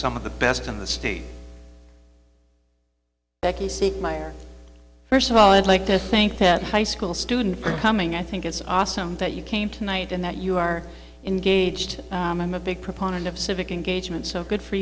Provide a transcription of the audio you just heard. some of the best in the state becky c meyer first of all i'd like to think that high school student print coming i think it's awesome that you came tonight and that you are engaged i'm a big proponent of civic engagement so good for